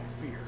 fear